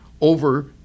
over